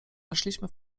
weszliśmy